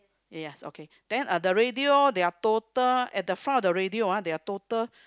yes okay then uh the radio there are total at the front of the radio ah there are total